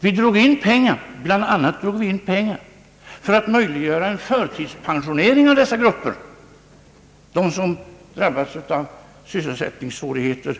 Vi drog in pengar, bland annat för att möjliggöra en förtidspensionering av de grupper över 60 år som drabbats av sysselsättningssvårigheter.